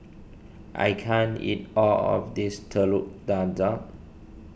I can't eat all of this Telur Dadah